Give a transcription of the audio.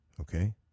Okay